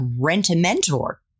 Rent-A-Mentor